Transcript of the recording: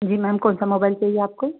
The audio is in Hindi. जी मैम कौन सा मोबाइल चाहिए आपको